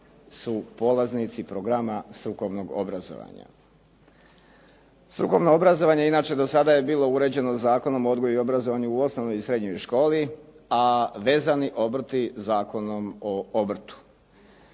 su polaznici programa strukovnog obrazovanja. Strukovno obrazovanje inače do sada je bilo uređeno Zakonom o odgoju i obrazovanju u osnovnoj i srednjoj školi, a vezani obrti Zakonom o obrtu.